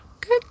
Good